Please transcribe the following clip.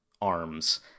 arms